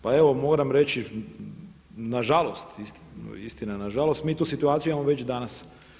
Pa evo moram reći na žalost, istina na žalost mi tu situaciju imamo već danas.